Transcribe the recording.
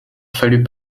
fallut